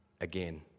again